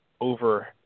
over